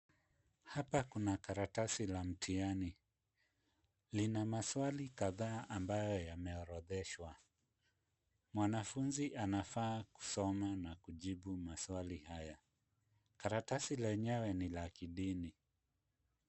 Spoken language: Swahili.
Hapa kuna karatasi la mtihani. Lina maswali kadhaa ambayo yameorodheshwa. Mwanafunzi anafaa kusoma na kujibu maswali haya. Karatasi lenyewe ni la kidini.